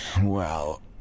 Well